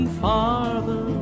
farther